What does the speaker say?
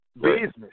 business